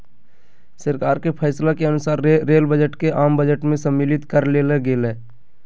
सरकार के फैसला के अनुसार रेल बजट के आम बजट में सम्मलित कर लेल गेलय